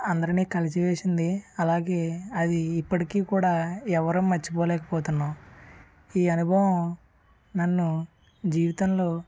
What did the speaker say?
అందరిని కలిచివేసింది అలాగే అది ఇప్పటికీ కూడా ఎవ్వరం మర్చిపోలేకపోతున్నాం ఈ అనుభవం నన్ను జీవితంలో